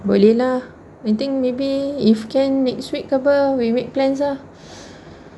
boleh lah I think maybe if can next week ke apa we make plans lah